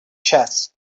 chest